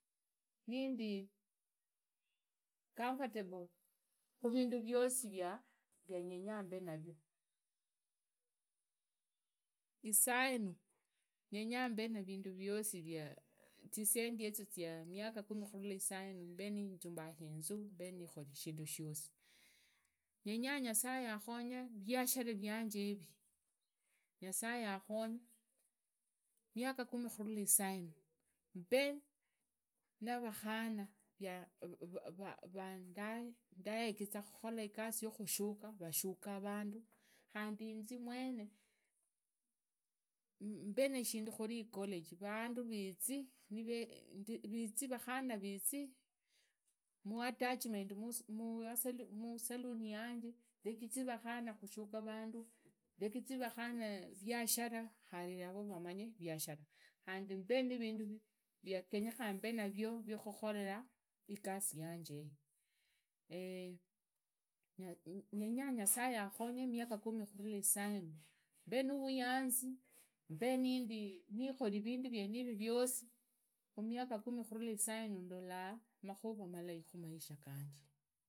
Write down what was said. Nindi comfortable khuvinda viosi viandenya mbe navyo saina ndenyaa mbe vindu viosi zisendi yezo zia khurula miaka kumi mbe ninzambahhe inza mbe nikhoni shinda shosi ndenya nyasage akhonye muriashara vianje yivi nyasaye akhonye miaka kumi khurula saina mbe navakhana vandaegiza khukhola igasi yahushuka vashura vandu khandi inzi mwene mbe neshindu khuri college vandu viizi vakhana viizi muatttachment musaluni yanje ndegizi vakhana viashara khari yavo vamanye viashara khandi mbe nivindu via genyekhanaa mbe navyo via khukhole igasi yange yange yego ndanya nyasaye akhonye miaka kumi khurula waina mbe nuruyanzi mbe nikholi vindu vienivi viosi khurula miaka kumi khurula miaka kumi khurula isainu ndola makhuva malai khumaisha ganje.